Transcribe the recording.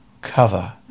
cover